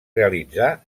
realitzar